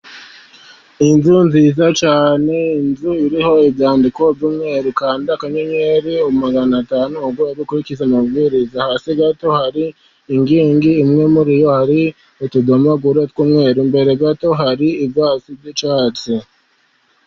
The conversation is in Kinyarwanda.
Inzu nziza cyane. Inzu iriho ibyandiko by'umweru, kandi akayeri magana atanu urwego ukurikize amabwiriza. Hasi gato hari inkigi. Imwe muri zo hari utudomagure tw'umweru, imbere gato hari ibyatsi by'icyatsi.